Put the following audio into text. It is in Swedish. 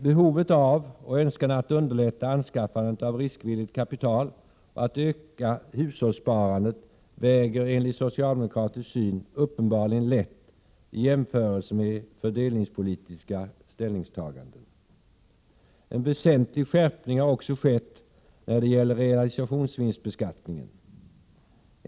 Behovet av och önskan om att underlätta anskaffandet av riskvilligt kapital och att öka hushållssparandet väger enligt socialdemokratisk syn uppenbarligen lätt i jämförelse med fördelningspolitiska ställningstaganden. En väsentlig skärpning har också skett när det gäller realisationsvinstbeskattningen.